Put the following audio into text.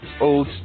old